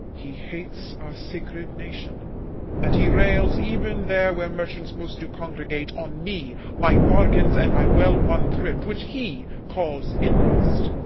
he hates our sacred nation and he rails, even there where merchants most do congregate, on me, my bargains, and my well-won thrift, which he calls interest.